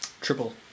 triple